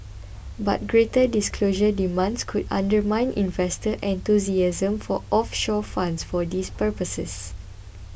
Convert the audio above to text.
but greater disclosure demands could undermine investor enthusiasm for offshore funds for these purposes